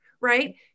right